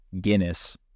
Guinness